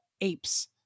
apes